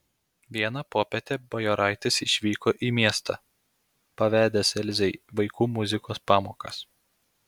vieną popietę bajoraitis išvyko į miestą pavedęs elzei vaikų muzikos pamokas